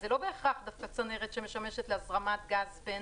אז זה לא בהכרח דווקא צנרת שמשמשת להזרמת גז בין